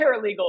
paralegal